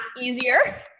easier